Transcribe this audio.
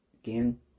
Again